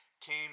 came